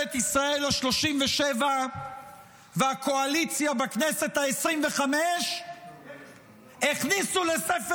ממשלת ישראל ה-37 והקואליציה בכנסת העשרים-וחמש הכניסו לספר